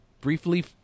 briefly